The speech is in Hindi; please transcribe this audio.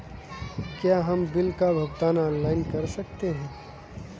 क्या हम बिल का भुगतान ऑनलाइन कर सकते हैं?